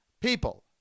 people